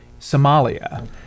Somalia